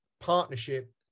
partnership